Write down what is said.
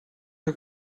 que